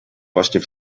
właśnie